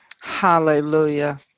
Hallelujah